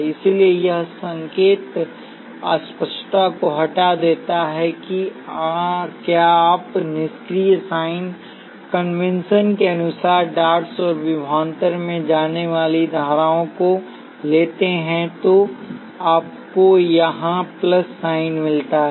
इसलिए यह संकेत अस्पष्टता को हटा देता है कि क्या आप निष्क्रिय साइन कन्वेंशन के अनुसार डॉट्स औरविभवांतरमें जाने वाली दोनों धाराओं को लेते हैं तो आपको यहां प्लस साइन मिलता है